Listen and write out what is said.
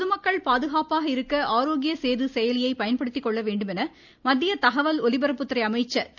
பொதுமக்கள் பாதுகாப்பாக இருக்க ஆரோக்கிய சேது செயலியை பயன்படுத்திக் கொள்ள வேண்டும் என மத்திய தகவல் ஒலிபரப்புத்துறை அமைச்சர் திரு